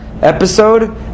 episode